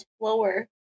lower